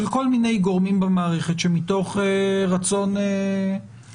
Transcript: של כל מיני גורמים במערכת שמתוך רצון להגן